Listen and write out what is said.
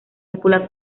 cúpula